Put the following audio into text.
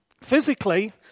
physically